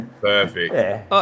Perfect